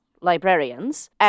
librarians